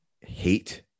hate